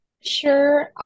Sure